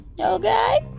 okay